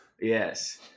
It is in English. Yes